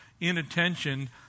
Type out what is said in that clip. inattention